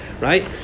right